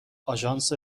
آژانس